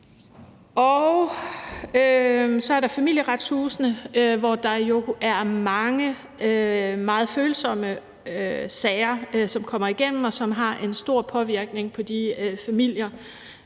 Så er der Familieretshuset, hvor der jo er mange meget følsomme sager, som skal igennem, og som har en stor påvirkning på de familier,